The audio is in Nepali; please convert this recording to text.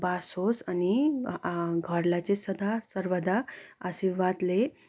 बास होस् अनि घरलाई चाहिँ सदा सर्वदा आशीर्वादले